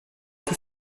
tout